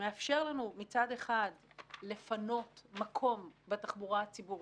שמאפשר לנו מצד אחד לפנות מקום בתחבורה הציבורית,